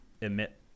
emit